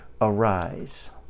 arise